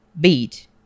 beat